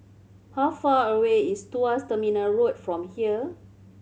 how far away is Tuas Terminal Road from here